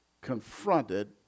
confronted